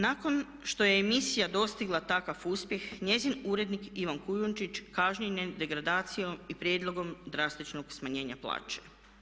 Nakon što je emisija dostigla takav uspjeh, njezin urednik Ivan Kujundžić kažnjen je degradacijom i prijedlogom drastičnog smanjenja plaće.